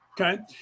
okay